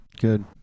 Good